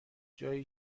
جایی